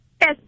Yes